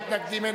מי נגד?